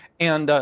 and.